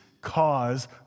cause